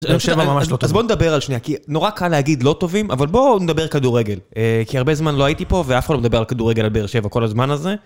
אז בואו נדבר על שניה, כי נורא קל להגיד לא טובים, אבל בואו נדבר כדורגל. כי הרבה זמן לא הייתי פה ואף אחד לא מדבר על כדורגל על באר שבע כל הזמן הזה.